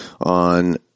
on